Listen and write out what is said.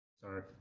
Sorry